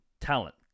talent